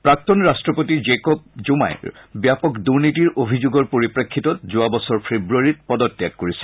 প্ৰাক্তন ৰাট্টপতি জেকব জুমাই ব্যাপক দুৰ্নীতিৰ অভিযোগৰ পৰিপ্ৰেক্ষিতত যোৱা বছৰ ফেক্ৰবাৰীত পদত্যাগ কৰিছিল